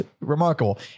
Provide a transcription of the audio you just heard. remarkable